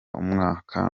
umwaka